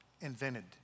invented